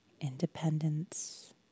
independence